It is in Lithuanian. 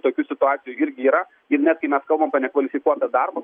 tokių situacijų irgi yra ir net kai mes kalbam apie nekvalifikuotą darbą